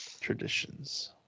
traditions